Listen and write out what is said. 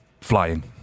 flying